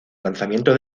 lanzamiento